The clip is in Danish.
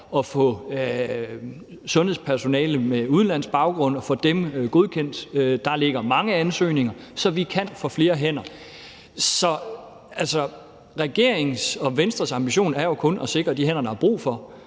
at få sundhedspersonale med udenlandsk baggrund godkendt – der ligger mange ansøgninger – så vi kan få flere hænder. Så, altså, regeringens og Venstres ambition er jo kun at sikre de hænder, der er brug for.